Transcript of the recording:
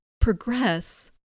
progress